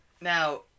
Now